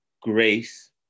grace